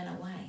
away